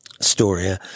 story